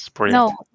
No